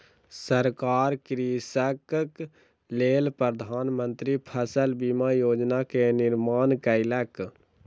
सरकार कृषकक लेल प्रधान मंत्री फसल बीमा योजना के निर्माण कयलक